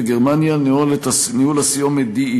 וגרמניה: ניהול הסיומת de.